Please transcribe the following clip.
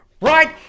right